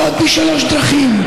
בשלוש דרכים: